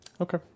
okay